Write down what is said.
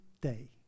day